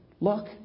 Look